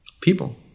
people